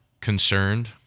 concerned